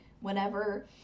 whenever